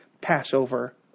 Passover